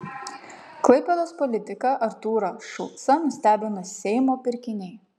klaipėdos politiką artūrą šulcą nustebino seimo pirkiniai